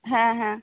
ᱦᱮᱸ ᱦᱮᱸ